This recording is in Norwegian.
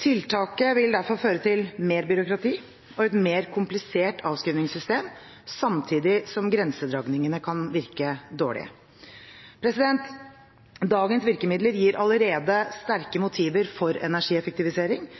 Tiltaket vil derfor føre til mer byråkrati og et mer komplisert avskrivningssystem, samtidig som grensedragningene kan virke dårlig. Dagens virkemidler gir allerede sterke motiver for energieffektivisering